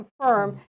confirm